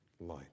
light